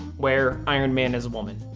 where iron man is a woman.